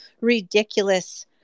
ridiculous